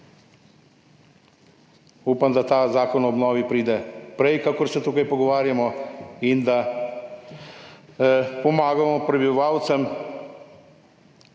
Upam, da ta zakon o obnovi pride prej, kakor se tukaj pogovarjamo, in da pomagamo prebivalcem